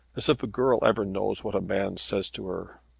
as if a girl ever knows what a man says to her.